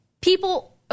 People